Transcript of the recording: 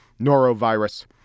Norovirus